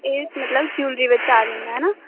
ਇਹ ਮਤਲਬ ਜਿਊਲਰੀ ਵਿੱਚ ਆ ਜਾਂਦਾ ਹੈ ਨਾ